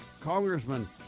congressman